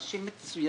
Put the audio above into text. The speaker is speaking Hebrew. מדובר באנשים מצוינים,